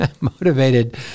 motivated